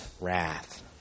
wrath